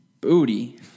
Booty